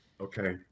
okay